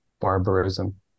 Barbarism